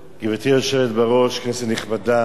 גברתי היושבת בראש, כנסת נכבדה,